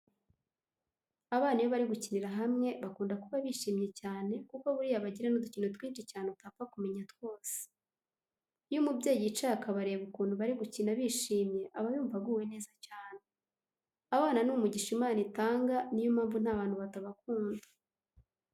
Abana iyo bari gukinira hamwe bakunda kuba bishimye cyane kuko buriya bagira n'udukino twinshi cyane utapfa kumenya twose. Iyo umubyeyi yicaye akabareba ukuntu bari gukina bishimye aba yumva aguwe neza cyane. Abana ni umugisha Imana itanga niyo mpamvu nta bantu batabakunda.